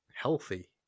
healthy